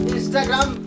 Instagram